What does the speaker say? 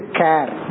care